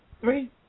Three